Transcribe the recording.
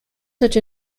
such